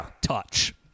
touch